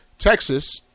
Texas